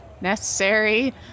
Necessary